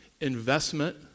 investment